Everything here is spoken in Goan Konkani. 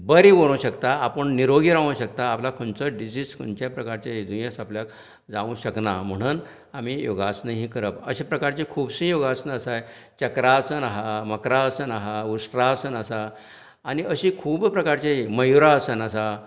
बरें उरूंक शकता आपूण निरोगी रावूंक शकता आपल्याक खंयचोच डिसीज खंयचे प्रकारचें दुयेंस आपल्याक जावंक शकना म्हुणन आमी योगासन ही करप अश्या प्रकारची खुबशीं योगासनां आसात चक्रासन आसा मखरासना आसा उश्ट्रासन आसा आनी अशीं खूब प्रकारचीं मयुरासन आसा